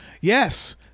yes